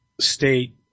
state